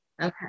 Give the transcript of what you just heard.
Okay